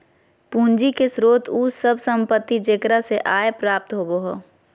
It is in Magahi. पूंजी के स्रोत उ सब संपत्ति जेकरा से आय प्राप्त होबो हइ